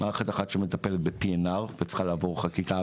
מערכת אחת שמטפלת ב PNR שצריכה לעבור חקיקה,